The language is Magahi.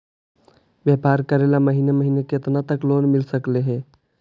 व्यापार करेल महिने महिने केतना तक लोन मिल सकले हे?